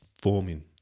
Forming